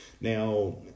Now